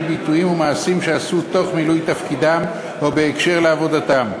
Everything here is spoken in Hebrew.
ביטויים ומעשים שעשו תוך מילוי תפקידם או בהקשר של עבודתם,